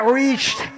reached